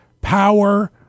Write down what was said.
power